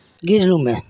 green রুমে